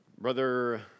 Brother